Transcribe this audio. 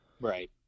right